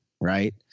right